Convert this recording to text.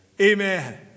amen